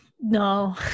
no